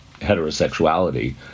heterosexuality